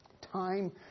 time